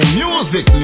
music